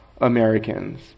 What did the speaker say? Americans